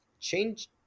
change